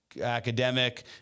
academic